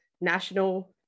national